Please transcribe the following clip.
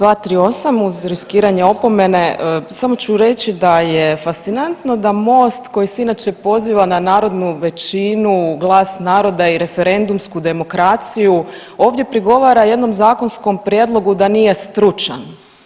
238, uz riskiranje opomene, samo ću reći da je fascinantno da Most koji se inače poziva na narodnu većinu, glas naroda i referendumsku demokraciju ovdje prigovara jednom zakonskom prijedlogu da nije stručan.